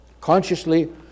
consciously